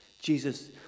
Jesus